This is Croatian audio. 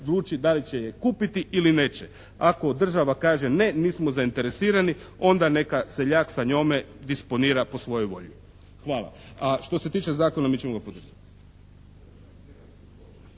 odluči da li će je kupiti ili neće. Ako država kaže ne, nismo zainteresirani, onda neka seljak sa njome disponira po svojoj volji. Hvala. A što se tiče Zakona, mi ćemo ga podržati.